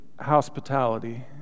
hospitality